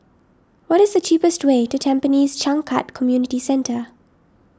what is the cheapest way to Tampines Changkat Community Centre